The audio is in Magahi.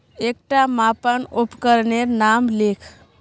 एकटा मापन उपकरनेर नाम लिख?